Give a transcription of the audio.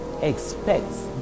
Expects